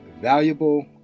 valuable